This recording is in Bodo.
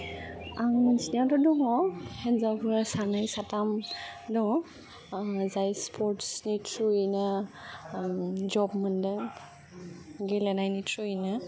आं मिन्थिनायावथ' दङ' हिनजावफोरा सानै साथाम दङ' जाय स्पर्ट्सनि थ्रुयैनो जब मोन्दों गेलेनायनि थ्रुयैनो